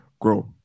grow